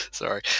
sorry